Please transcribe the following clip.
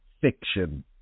fiction